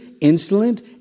insolent